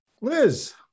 Liz